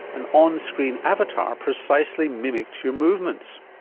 an on-screen avatar precisely mimicked your movements.